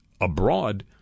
abroad